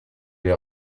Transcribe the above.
l’ai